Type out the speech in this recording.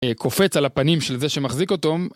קופץ על הפנים של זה שמחזיק אותו